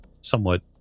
somewhat